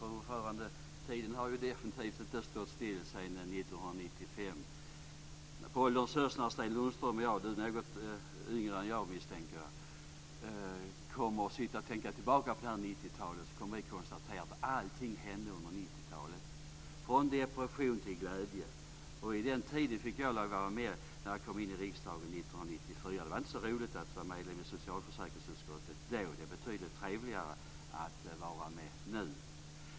Fru talman! Tiden har definitivt inte stått stilla sedan 1995. När Sten Lundström och jag, han är något yngre än jag misstänker jag, kommer att sitta och tänka tillbaka på 90-talet kommer vi att konstatera att allting hände under 90-talet, från depression till glädje. Under den tiden fick jag vara med från det att jag kom in i riksdagen 1994. Det var inte så roligt att vara medlem i socialförsäkringsutskottet då. Det är betydligt trevligare att vara med nu.